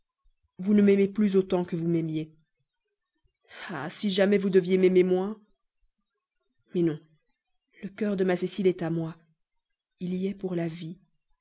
vous ne m'aimez plus autant que vous m'aimiez ah si jamais vous deviez m'aimer moins il me serait bien plus facile d'en mourir que de m'en consoler mais non le cœur de ma cécile est à moi il y est pour la vie